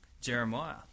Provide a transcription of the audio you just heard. Jeremiah